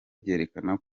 byerekana